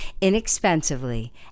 inexpensively